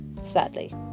sadly